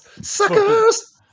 suckers